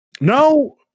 No